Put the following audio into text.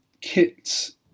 kits